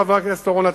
חבר הכנסת אורון,